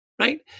right